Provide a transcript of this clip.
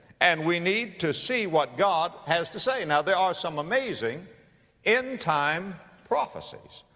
and we need to see what god has to say. now, there are some amazing end-time prophecies.